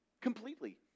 completely